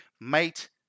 mate